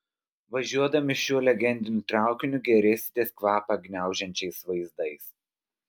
važiuodami šiuo legendiniu traukiniu gėrėsitės kvapą gniaužiančiais vaizdais